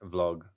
Vlog